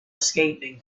escaping